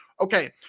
Okay